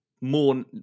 more